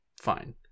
fine